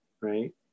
right